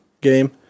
game